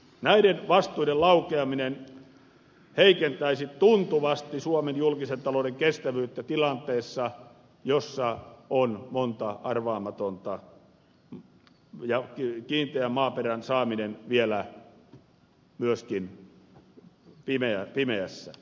näiden vastuiden laukeaminen heikentäisi tuntuvasti suomen julkisen talouden kestävyyttä tilanteessa jossa on monta arvaamatonta tekijää ja kiinteän maaperän saaminen vielä myöskin pimeässä